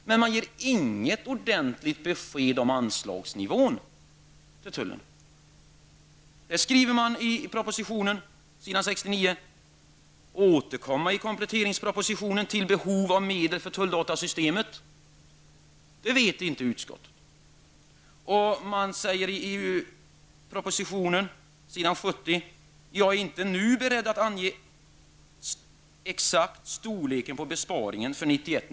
Men man ger inget ordentligt besked om nivån på anslagen till tullen. På s. 69 i propositonen säger statsrådet att han i kompletteringspropositionen skall återkomma till behovet av medel för TDS. På s. 70 i propositionen säger departementschefen: ''Jag är dock inte nu beredd att exakt ange storleken på besparingen för 1991/92.''